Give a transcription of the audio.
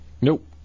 Nope